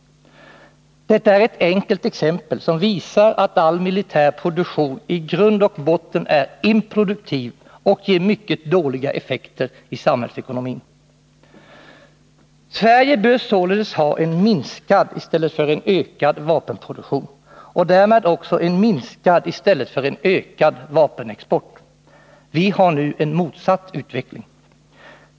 Detta är ett enkelt exempel, som visar att all militär produktion i grund och botten är improduktiv och ger mycket dåliga effekter i samhällsekonomin. Sverige bör således ha en minskad i stället för en ökad vapenproduktion och därmed också en minskad i stället för en ökad vapenexport. Vi har nu en motsatt utveckling.